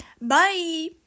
Bye